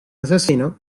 asesino